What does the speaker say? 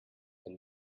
wenn